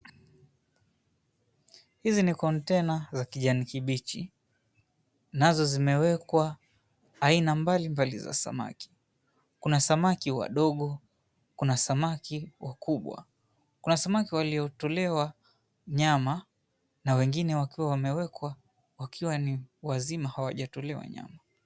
Hizi ni kontena za kijani kibichi, nazo zimewekwa aina mbalimbali za samaki. Kuna samaki wadogo, kuna samaki wakubwa, kuna samaki waliotolewa nyama, na wengine wakiwa wamewekwa wakiwa ni wazima hawajatolewa nyama.